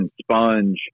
sponge